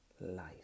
life